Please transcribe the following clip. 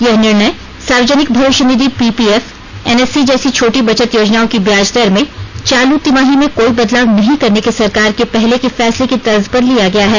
यह निर्णय सार्वजनिक भविष्य निधि पीपीएफ एनएससी जैसी छोटी बचत योजनाओं की ब्याज दर में चालू तिमाही में कोई बदलाव नहीं करने के सरकार के पहले के फैसले की तर्ज पर लिया गया है